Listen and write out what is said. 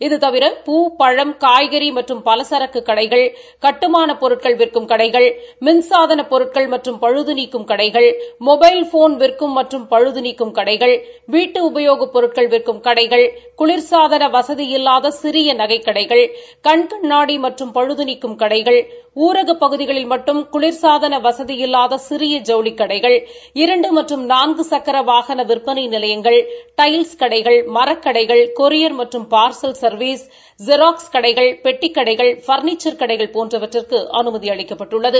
இதைத்தவிர பூ பழம் காய்கறி மற்றும் பலசரக்கு கடைகள் கட்டுமானப் பொருட்கள் விற்கும் கடைகள் மின்சாதன பொருட்கள் மற்றும் பழுதுநீக்கும் கடைகள் மொபைல்போன் விற்கும் மற்றும் பழுதுநீக்கும் கடைகள் வீட்டு உபயோக பொருட்கள் விற்கும் கடைகள் குளிர்சாதன வசதி இல்லாத சிறிய நகைக்கடைகள் கண் கண்ணாடி மற்றும் பழுதுநீக்கும் கடைகள் ஊரகப் பகுதிகளில் மட்டும் குளிர்சாதன வசதி இல்லாத சிறிய ஜவுளி கடைகள் இரண்டு மற்றும் நான்கு சக்கர வாகன விற்பனை நிலையங்கள் டைல்ஸ் கடைகள் மரக்கடைகள் கூரியர் மற்றும் பார்சல் சர்வீஸ் ஜொக்ஸ் கடைகள் பெட்டிக்கடைகள் பர்னிச்ன் கடைகள் போன்றவற்றுக்கு அமைதி அளிக்கப்பட்டுள்ளது